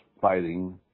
fighting